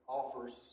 offers